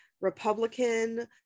Republican